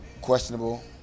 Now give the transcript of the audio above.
questionable